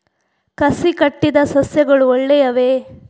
ಕಸಿ ಕಟ್ಟಿದ ಸಸ್ಯಗಳು ಒಳ್ಳೆಯವೇ?